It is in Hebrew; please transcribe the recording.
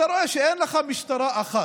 אתה רואה שאין לך משטרה אחת.